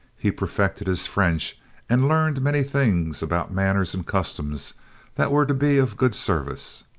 he perfected his french and learned many things about manners and customs that were to be of good service.